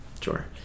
Sure